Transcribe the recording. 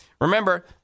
Remember